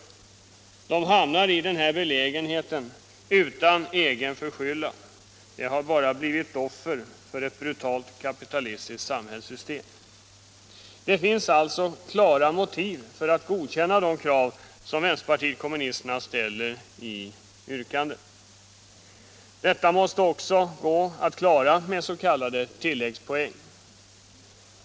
De hamnar i denna belägenhet utan egen förskyllan — de har bara blivit offer för ett brutalt kapitalistiskt samhällssystem. Det finns alltså klara motiv för att godkänna de krav som vänsterpartiet kommunisterna ställer i yrkandet. Detta måste också kunna klaras med s.k. tilläggspoäng.